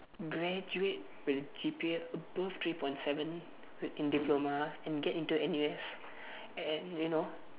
graduate with G_P_A above three point seven with in diploma and get into N_U_S and you know